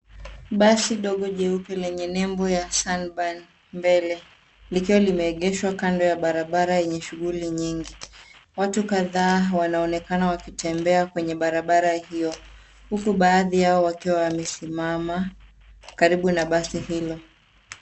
Basi dogo jeupe lenye nembo ya Sunbird mbele likiwa limeegeshwa kando ya barabara yenye shughuli nyingi. Watu kadhaa wanaonekana wakitembea kwenye barabara hiyo huku baadhi yao wakiwa wamesimama karibu na basi hilo.